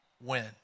win